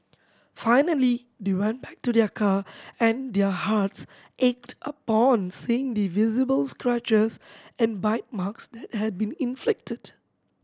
finally they went back to their car and their hearts ached upon seeing the visible scratches and bite marks that had been inflicted